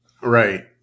Right